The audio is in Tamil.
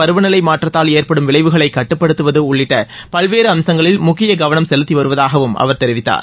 பருவநிலை மாற்றத்தால் ஏற்படும் விளைவுகளை கட்டுப்படுத்துவது உள்ளிட்ட பல்வேறு அம்சங்களில் இந்தியா முக்கிய கவனம் செலுத்திவருவதாகவும் அவர் தெரிவித்தார்